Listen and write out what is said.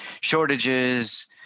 shortages